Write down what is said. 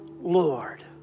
Lord